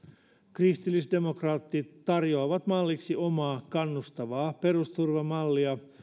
kristillisdemokraatit tarjoavat malliksi omaa kannustavaa perusturvamallia